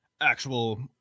actual